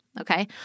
okay